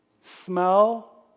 smell